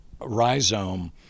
rhizome